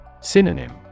Synonym